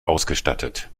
ausgestattet